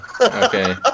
okay